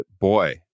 boy